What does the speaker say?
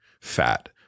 fat